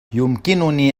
يمكنني